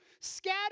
scatter